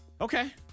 Okay